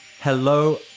Hello